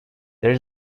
there